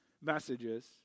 messages